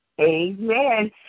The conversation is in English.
Amen